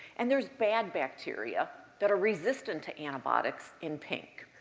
and there's bad bacteria that are resistant to antibiotics in pink.